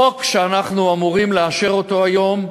החוק שאנחנו אמורים לאשר היום,